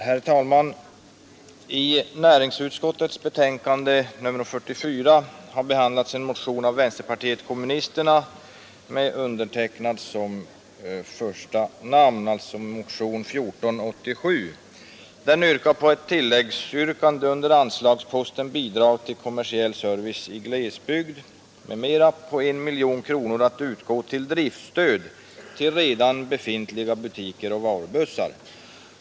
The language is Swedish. Herr talman! I näringsutskottets betänkande nr 44 har behandlats en motion nr 1487 av vänsterpartiet kommunisterna med mig som första namn, där det yrkas på ett tilläggsanslag under anslagsposten Bidrag till kommersiell service i glesbygd m.m. av 1 miljon kronor att utgå till driftstöd till redan befintliga butiker och varubussar.